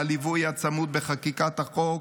על הליווי הצמוד בחקיקת החוק,